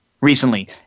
recently